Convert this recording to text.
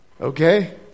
Okay